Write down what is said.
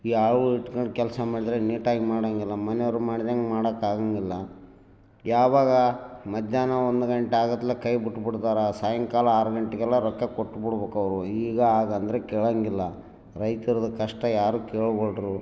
ಈ ಆಳುಗಳ್ ಇಟ್ಕೊಂಡ್ ಕೆಲಸ ಮಾಡಿದರೆ ನೀಟಾಗಿ ಮಾಡೋಂಗಿಲ್ಲ ಮನೆಯವ್ರು ಮಾಡ್ದಂಗೆ ಮಾಡೋಕ್ ಆಗೋಂಗಿಲ್ಲ ಯಾವಾಗ ಮಧ್ಯಾಹ್ನ ಒಂದು ಗಂಟೆ ಆಗತ್ಲಗೆ ಕೈ ಬಿಟ್ಬುಡ್ತಾರ ಸಾಯಂಕಾಲ ಆರು ಗಂಟೆಗೆಲ್ಲ ರೊಕ್ಕ ಕೊಟ್ಬುಡ್ಬೇಕವರು ಈಗ ಆಗಂದರೆ ಕೇಳೋಂಗಿಲ್ಲ ರೈತರ್ದು ಕಷ್ಟ ಯಾರು ಕೇಳವಲ್ರು